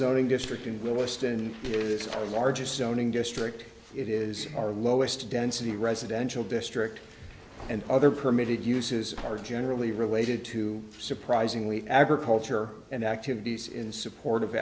own district and liston it's the largest zoning district it is our lowest density residential district and other permitted uses are generally related to surprisingly agriculture and activities in support of